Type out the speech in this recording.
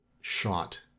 shot